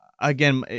Again